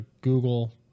Google